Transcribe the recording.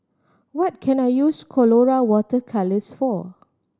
what can I use Colora Water Colours for